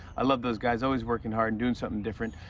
i love those guys always working hard and doing something different.